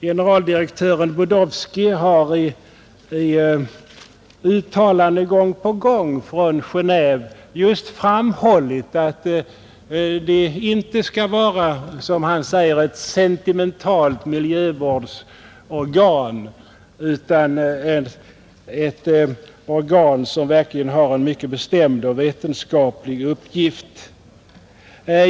Generaldirektör Budowski har emellertid i uttalanden från Genéve gång på gång just framhållit att IUCN inte skall vara, som han säger, ”en sentimental naturskyddsorganisation” utan ett organ som verkligen har en mycket bestämd och vetenskaplig uppgift.